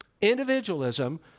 individualism